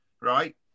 Right